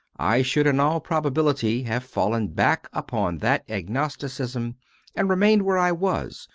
i should in all probability have fallen back upon that agnosticism and remained where i was,